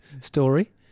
story